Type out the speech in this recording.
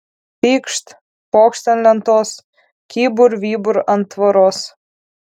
pykšt pokšt ant lentos kybur vybur ant tvoros